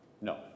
No